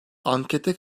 ankete